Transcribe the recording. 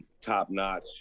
top-notch